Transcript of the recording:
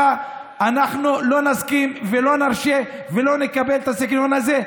אנחנו לא נסכים ולא נרשה ולא נקבל את הסגנון הזה,